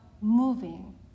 moving